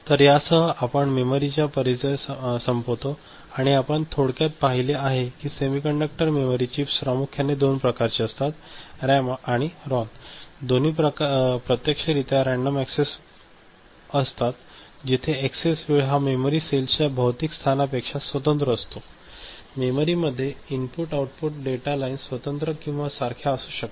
तर यासह आपण मेमरीचा परिचय संपवितो आणि आपण थोडक्यात पाहिले आहे की सेमीकंडक्टर मेमरी चिप्स प्रामुख्याने दोन प्रकारचे असतात रॅम आणि रॉम दोन्ही प्रत्यक्षरित्या रँडम ऍक्सेस असतात जेथे ऍक्सेस वेळ हा मेमरी सेल्सच्या भौतिक स्थानापेक्षा स्वतंत्र असतो आणि मेमरीमध्ये इनपुट आउटपुट डेटा लाईन्स स्वतंत्र किंवा सारख्या असू शकतात